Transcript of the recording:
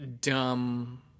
dumb